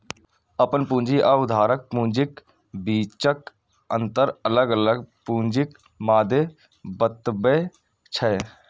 अपन पूंजी आ उधारक पूंजीक बीचक अंतर अलग अलग पूंजीक मादे बतबै छै